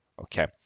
okay